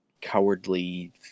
cowardly